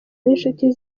n’inshuti